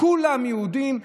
כולם יהודים,